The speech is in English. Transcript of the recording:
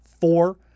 four